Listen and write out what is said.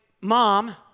mom